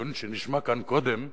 לדיון שנשמע כאן קודם.